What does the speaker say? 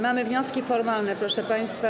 Mamy wnioski formalne, proszę państwa.